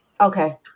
Okay